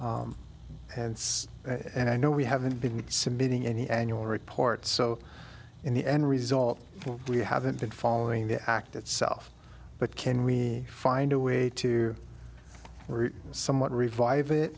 hence and i know we haven't been submitting any annual report so in the end result we haven't been following the act itself but can we find a way to somewhat revive it